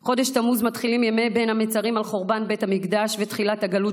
בחודש תמוז מתחילים ימי בין המצרים על חורבן בית המקדש ותחילת הגלות,